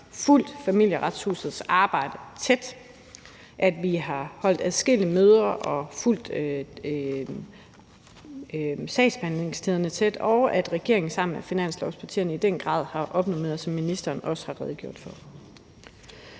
set har fulgt Familieretshusets arbejde tæt. Vi har holdt adskillige møder og fulgt sagsbehandlingstiderne tæt. Og regeringen har sammen med finanslovspartierne i den grad opnormeret, som ministeren også har redegjort for.